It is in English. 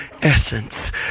essence